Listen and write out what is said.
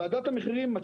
ועדת המחירים באוצר,